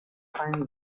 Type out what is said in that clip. fallen